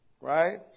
Right